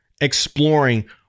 exploring